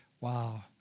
wow